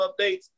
updates